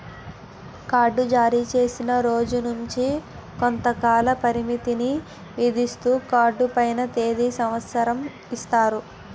card జారీచేసిన రోజు నుంచి కొంతకాల పరిమితిని విధిస్తూ కార్డు పైన తేది సంవత్సరం ఇస్తారు